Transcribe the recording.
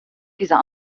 dieser